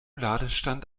ladestand